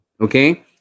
okay